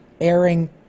airing